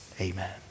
Amen